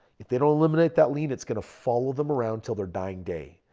if they don't eliminate that lien, it's going to follow them around till their dying day.